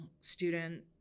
student